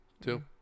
two